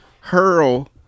hurl